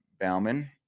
bauman